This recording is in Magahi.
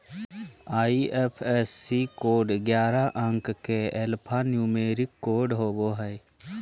आई.एफ.एस.सी कोड ग्यारह अंक के एल्फान्यूमेरिक कोड होवो हय